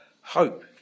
hope